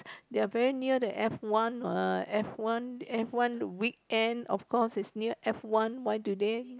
they are very near the F one mah F one F one weekend of course is near F one why do they